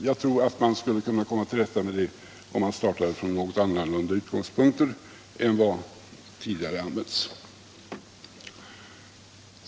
Jag tror att man skulle kunna komma till rätta med problemet, om man startade från något annorlunda utgångspunkter än vad som tidigare använts.